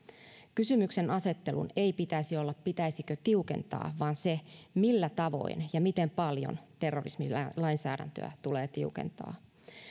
kysymyksenasettelun ei pitäisi olla pitäisikö tiukentaa vaan se millä tavoin ja miten paljon terrorismilainsäädäntöä tulee tiukentaa